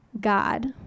God